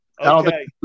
Okay